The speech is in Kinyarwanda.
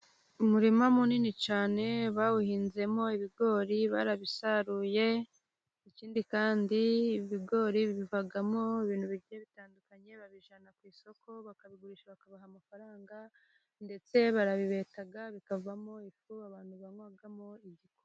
Umurima munini cyane, bawuhinzemo ibigori barabisaruye, ikindi kandi ibigori bivamo ibintu bigiye bitandukanye, babijyana ku isoko bakabigurisha bakabaha amafaranga, ndetse barabibeta bikavamo ifu abantu banywamo igikoma.